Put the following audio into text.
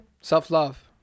Self-love